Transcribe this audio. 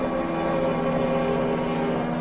and